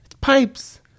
pipes